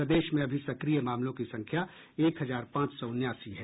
प्रदेश में अभी सक्रिय मामलों की संख्या एक हजार पांच सौ उनासी है